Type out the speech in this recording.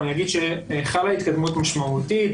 אני אגיד שחלה התקדמות משמעותית,